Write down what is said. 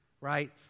right